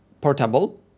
portable